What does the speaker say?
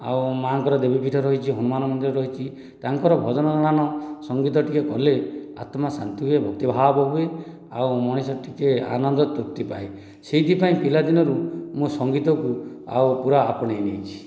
ଆଉ ମାଆଙ୍କର ଦେବୀପୀଠ ରହିଛି ହନୁମାନ ମନ୍ଦିର ରହିଛି ତାଙ୍କର ଭଜନ ଜଣାଣ ସଙ୍ଗୀତ ଟିକେ କଲେ ଆତ୍ମାଶାନ୍ତି ହୁଏ ଭକ୍ତିଭାବ ହୁଏ ଆଉ ମଣିଷ ଟିକେ ଆନନ୍ଦ ତୃପ୍ତି ପାଏ ସେହିଥିପାଇଁ ପିଲାଦିନରୁ ମୁଁ ସଙ୍ଗୀତକୁ ଆଉ ପୁରା ଆପଣାଇ ନେଇଛି